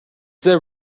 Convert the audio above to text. there